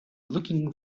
looking